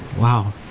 Wow